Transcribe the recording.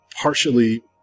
partially